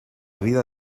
vida